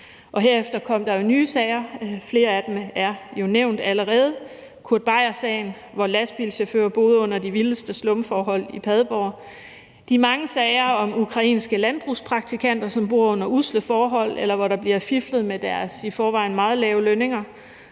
og herefter kom der jo nye sager. Flere af dem er nævnt allerede: Kurt Beier-sagen, hvor lastbilchauffører boede under de vildeste slumforhold i Padborg; de mange sager om ukrainske landbrugspraktikanter, som bor under usle forhold, eller hvor der bliver fiflet med deres i forvejen meget lave lønninger;